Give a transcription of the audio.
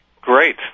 Great